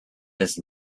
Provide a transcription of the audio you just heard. does